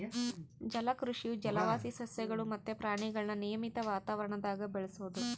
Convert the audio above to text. ಜಲಕೃಷಿಯು ಜಲವಾಸಿ ಸಸ್ಯಗುಳು ಮತ್ತೆ ಪ್ರಾಣಿಗುಳ್ನ ನಿಯಮಿತ ವಾತಾವರಣದಾಗ ಬೆಳೆಸೋದು